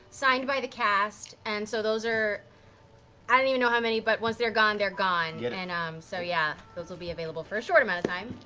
signed by the cast, and so those are i don't even know how many, but once they're gone, they're gone, and um so yeah, those will be available for a short amount of time.